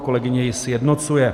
Kolegyně ji sjednocuje.